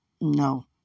No